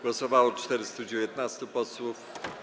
Głosowało 419 posłów.